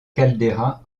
caldeira